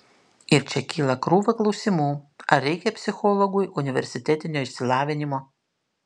ir čia kyla krūva klausimų ar reikia psichologui universitetinio išsilavinimo